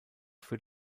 für